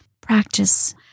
practice